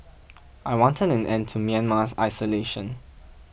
I wanted an end to Myanmar's isolation